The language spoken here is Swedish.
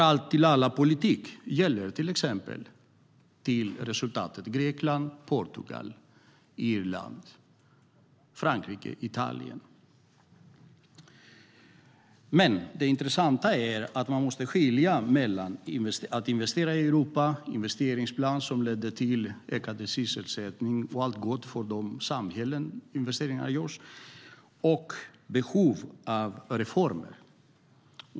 Allt-till-alla-politiken gäller för exempelvis Grekland, Portugal, Irland, Frankrike och Italien. Det intressanta är att man måste skilja mellan att investera i Europa, mellan den investeringsplan som lett till ökad sysselsättning och allt gott för de samhällen där investeringarna gjorts, och behovet av reformer.